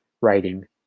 writing